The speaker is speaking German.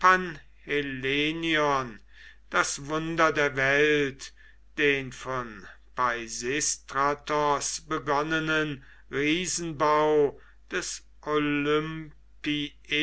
das wunder der welt den von peisistratos begonnenen riesenbau des olympieion